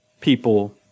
people